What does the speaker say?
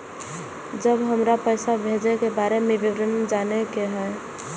जब हमरा पैसा भेजय के बारे में विवरण जानय के होय?